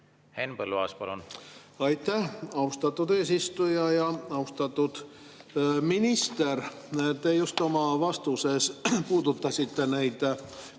Henn Põlluaas, palun! Aitäh, austatud eesistuja! Austatud minister! Te just oma vastuses puudutasite